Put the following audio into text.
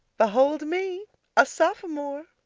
behold me a sophomore!